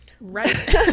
right